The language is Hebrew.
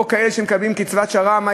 או אלה שמקבלים קצבת שר"מ,